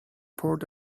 poured